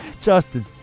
Justin